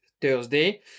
Thursday